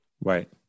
Right